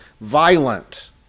violent